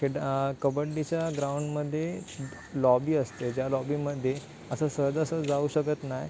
खेळ कबड्डीच्या ग्राउंडमध्ये लॉबी असते ज्या लॉबीमध्ये असं सहजासहजी जाऊ शकत नाही